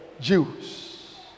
Jews